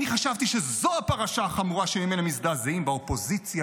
אני חשבתי שזו הפרשה החמורה שממנה מזדעזעים באופוזיציה,